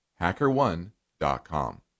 HackerOne.com